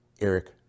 Eric